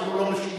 אפילו לא בשאילתא.